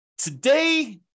Today